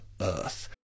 Earth